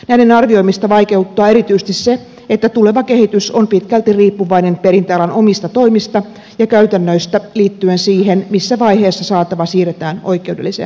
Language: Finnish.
näiden arvioimista vaikeuttaa erityisesti se että tuleva kehitys on pitkälti riippuvainen perintäalan omista toimista ja käytännöistä liittyen siihen missä vaiheessa saatava siirretään oikeudelliseen perintään